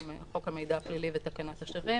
זה חוק המידע הפלילי ותקנת השבים,